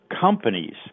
companies